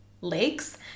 lakes